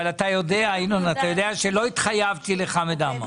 אבל ינון, אתה יודע שלא התחייבתי לחמד עמאר?